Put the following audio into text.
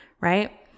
right